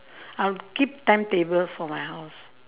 I'll keep timetable for my house